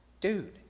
Dude